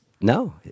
no